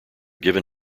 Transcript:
given